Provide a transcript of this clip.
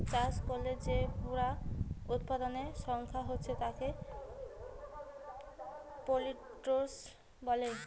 চাষ কোরে যে পুরা উৎপাদনের সংখ্যা হচ্ছে তাকে প্রডিউস বলে